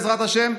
בעזרת השם,